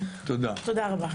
תודה רבה.